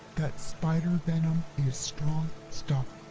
that spider venom is strong stuff.